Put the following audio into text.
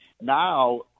Now